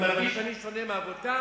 אני מרגיש שאני שונה מאבותי?